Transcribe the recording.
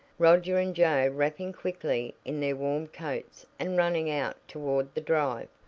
roger and joe wrapping quickly in their warm coats and running out toward the drive,